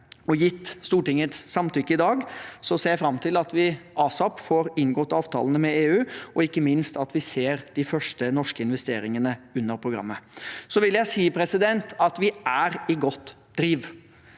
Gitt Stortingets samtykke i dag, ser jeg fram til at vi «asap» får inngått avtalene med EU, og ikke minst at vi ser de første norske investeringene under programmet. Jeg vil si at vi er i godt driv,